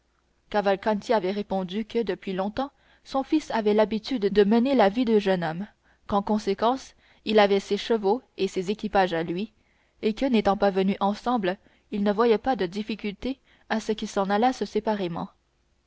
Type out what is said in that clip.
cavalcanti avait répondu que depuis longtemps son fils avait l'habitude de mener la vie de jeune homme qu'en conséquence il avait ses chevaux et ses équipages à lui et que n'étant pas venus ensemble il ne voyait pas de difficulté à ce qu'ils s'en allassent